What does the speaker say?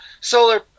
solar